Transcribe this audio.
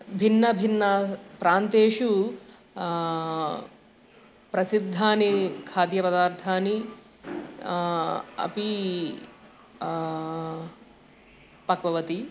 भिन्नभिन्नप्रान्तेषु प्रसिद्धानि खाद्यपदार्थानि अपि पक्ववती